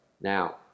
Now